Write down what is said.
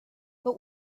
but